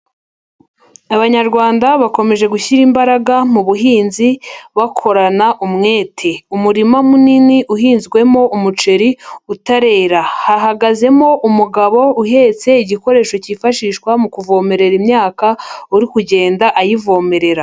Abanyarwanda bakomeje gushyira imbaraga mu buhinzi bakorana umwete, umurima munini uhinzwemo umuceri utarera, hahagazemo umugabo uhetse igikoresho cyifashishwa mu kuvomerera imyaka uri kugenda ayivomerera.